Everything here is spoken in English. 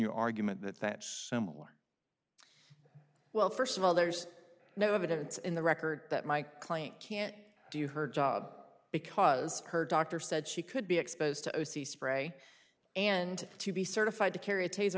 your argument that that's similar well first of all there's no evidence in the record that my client can do you her job because her doctor said she could be exposed to o c spray and to be certified to carry